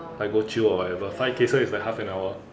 I go chill or whatever five cases is like half an hour